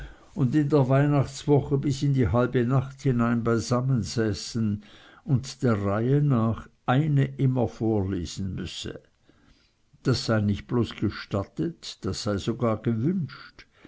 und in der weihnachtswoche bis in die halbe nacht beisammensäßen und der reihe nach eine immer vorlesen müsse das sei nicht bloß gestattet das sei sogar gewünscht